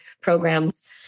programs